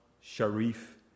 Sharif